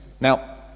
Now